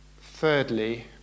Thirdly